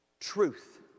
truth